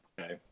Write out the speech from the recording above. okay